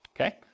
okay